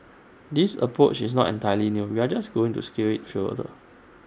this approach is not entirely new we are just going to scale IT further